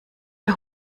der